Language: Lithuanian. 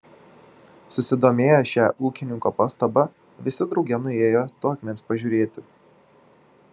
susidomėję šia ūkininko pastaba visi drauge nuėjo to akmens pažiūrėti